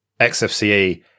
XFCE